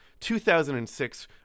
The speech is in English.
2006